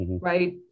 Right